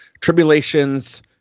tribulations